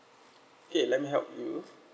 okay let me help you